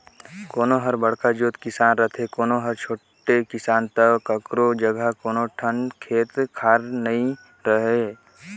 कोनो हर बड़का जोत के किसान रथे, कोनो हर छोटे किसान त कखरो जघा एको ठन खेत खार नइ रहय